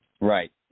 Right